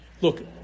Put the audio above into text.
Look